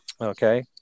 Okay